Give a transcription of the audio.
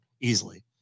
easily